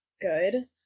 good